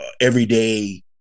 everyday